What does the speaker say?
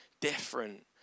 Different